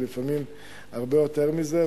ולפעמים הרבה יותר מזה.